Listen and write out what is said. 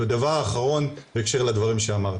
ודבר אחרון בהקשר לדברים שאמרת,